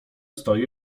stoi